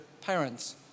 parents